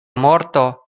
morto